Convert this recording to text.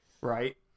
right